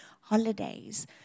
holidays